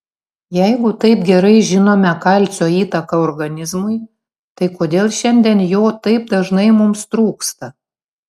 jeigu taip gerai žinome kalcio įtaką organizmui tai kodėl šiandien jo taip dažnai mums trūksta